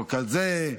חוק הזה,